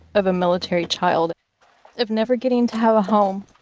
of a military child of never getting to have a home.